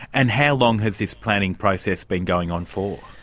and how long has this planning process been going on for?